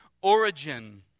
origin